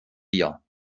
wir